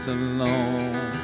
alone